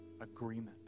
agreement